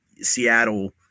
Seattle